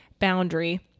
boundary